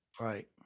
Right